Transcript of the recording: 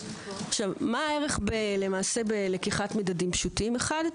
מה הערך בלקיחת מדדים פשוטים אחת,